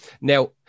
Now